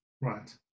Right